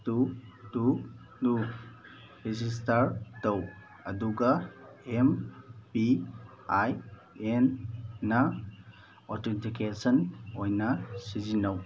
two ꯇꯨ ꯇꯨ register ꯇꯧ ꯑꯗꯨꯒ ꯑꯦꯝ ꯄꯤ ꯑꯥꯏ ꯑꯦꯟꯅ ꯑꯣꯊꯦꯟꯇꯤꯀꯦꯁꯟ ꯑꯣꯏꯅ ꯁꯤꯖꯤꯟꯅꯧ